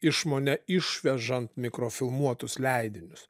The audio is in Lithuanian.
išmone išvežant mikrofilmuotus leidinius